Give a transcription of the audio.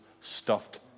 stuffed